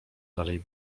dalej